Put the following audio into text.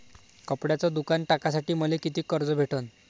कपड्याचं दुकान टाकासाठी मले कितीक कर्ज भेटन?